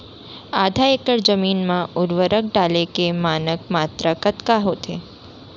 आधा एकड़ जमीन मा उर्वरक डाले के मानक मात्रा कतका होथे?